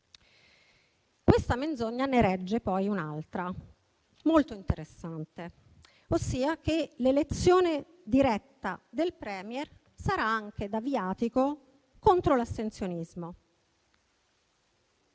Questa menzogna ne regge poi un'altra, molto interessante, ossia che l'elezione diretta del Premier farà anche da viatico contro l'astensionismo.